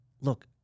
look